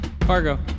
Fargo